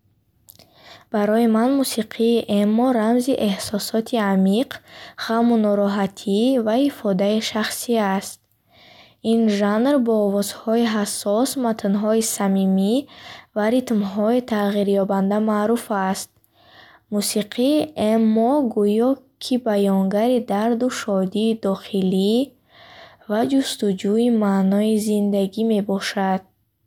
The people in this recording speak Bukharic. Барои ман мусиқии эмо рамзи эҳсосоти амиқ, ғаму нороҳатӣ ва ифодаи шахсӣ аст. Ин жанр бо овозҳои ҳассос, матнҳои самимӣ ва ритмҳои тағйирёбанда маъруф аст. Мусиқии эмо гӯё ки баёнгари дарду шодии дохилӣ ва ҷустуҷӯи маънои зиндагӣ мебошад.